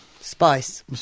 Spice